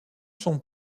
son